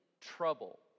trouble